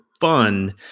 fun